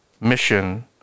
mission